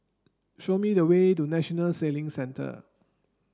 show me the way to National Sailing Centre